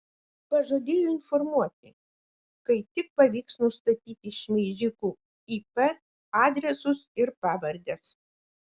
pažadėjo informuoti kai tik pavyks nustatyti šmeižikų ip adresus ir pavardes